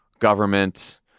government